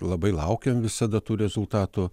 labai laukiam visada tų rezultatų